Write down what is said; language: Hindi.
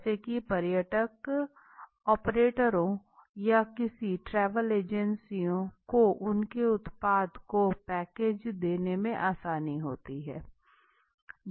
जैसे की पर्यटक ऑपरेटरों या किसी ट्रैवल एजेंसियों को उनके उत्पादों को पैकेज देने में आसानी होती है